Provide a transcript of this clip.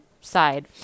side